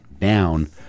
down